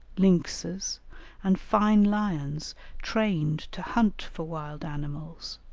lynxes and fine lions trained to hunt for wild animals,